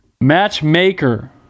Matchmaker